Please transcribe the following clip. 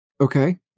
Okay